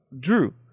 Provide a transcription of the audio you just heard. Drew